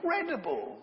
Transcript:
incredible